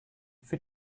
für